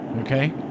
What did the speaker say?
Okay